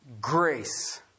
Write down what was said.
grace